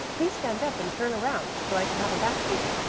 please stand up and turn around, so i can have a back view.